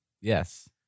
Yes